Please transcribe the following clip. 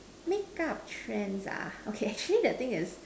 makeup trends ah okay actually the thing is